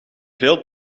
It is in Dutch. veel